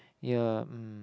ya mm